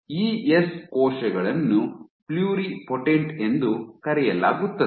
ES ಕೋಶಗಳನ್ನು pluripotent ಎಂದು ಕರೆಯಲಾಗುತ್ತದೆ